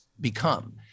become